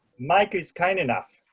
mike is kind enough